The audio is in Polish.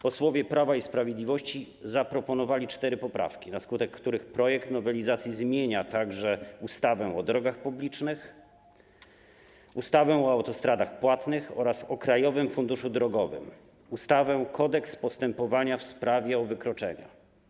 Posłowie Prawa i Sprawiedliwości zaproponowali cztery poprawki, na skutek których projekt nowelizacji zmienia także ustawę o drogach publicznych, ustawę o autostradach płatnych oraz o Krajowym Funduszu Drogowym, ustawę - Kodeks postępowania w sprawach o wykroczenia.